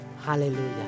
Hallelujah